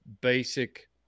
basic